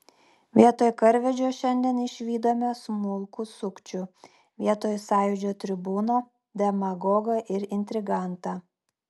vietoj karvedžio šiandien išvydome smulkų sukčių vietoj sąjūdžio tribūno demagogą ir intrigantą